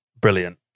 brilliant